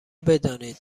بدانید